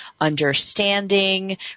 understanding